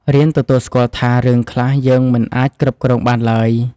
រៀនទទួលស្គាល់ថា រឿងខ្លះយើងមិនអាចគ្រប់គ្រងបានឡើយ។